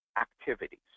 activities